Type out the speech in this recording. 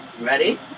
Ready